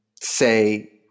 say